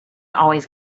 always